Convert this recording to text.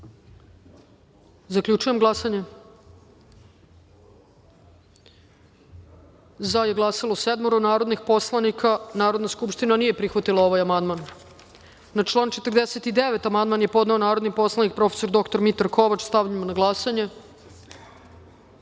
glasanje. Zaključujem glasanje: za je glasalo sedmoro narodnih poslanika. Narodna skupština nije prihvatila ovaj amandman. Na član 49. amandman je podneo narodni poslanik prof. dr Mitar Kovač. Stavljam na